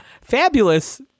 Fabulous